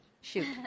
Shoot